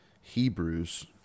Hebrews